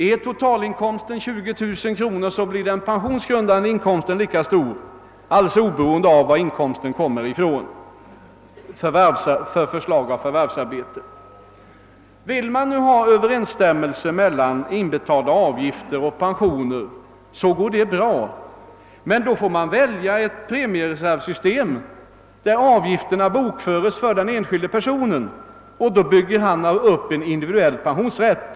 Är totalinkomsten 20 000 kronor, så blir den pensionsgrundande inkomsten lika stor, alldeles oberoende av varifrån inkomsten kommer eller vilket slag av förvärvsarbete den utgör betalning för. Vill man ha överensstämmelse mel lan inbetalda avgifter och pensioner, så går detta bra att få, men då måste man välja ett premiereservsystem, där avgifterna bokföres för den enskilde personen, och då bygger han upp en individuell pensionsrätt.